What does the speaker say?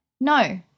No